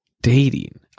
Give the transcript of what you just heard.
dating